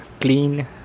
clean